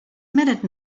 minute